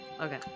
okay